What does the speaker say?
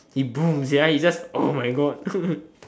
he boom sia he just oh my god